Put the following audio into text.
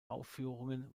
aufführungen